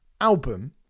album